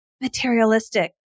materialistic